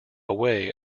way